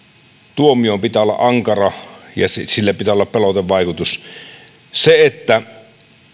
tuomion pitää olla ankara ja sillä pitää olla pelotevaikutus sen että